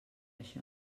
això